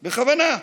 בכוונה.